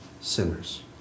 sinners